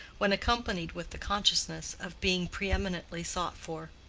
when accompanied with the consciousness of being preeminently sought for.